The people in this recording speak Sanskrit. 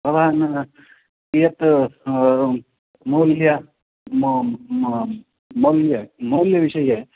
भवान् कियत् मौल्य मौल्य मौल्यविषये